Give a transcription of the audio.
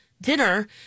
Dinner